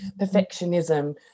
perfectionism